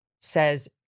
says